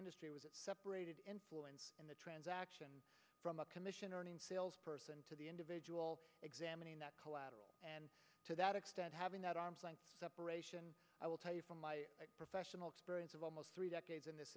industry was separated in the transaction from a commission earning sales person to the individual examining that collateral and to that extent having that separation i will tell you from my professional experience of almost three decades in this